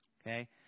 Okay